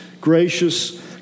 gracious